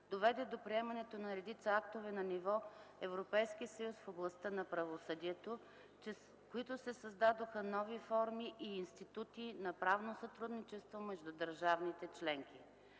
доведе до приемането на редица актове на ниво ЕС в областта на правосъдието, чрез които се създадоха нови форми и институти на правно сътрудничество между държавите членки.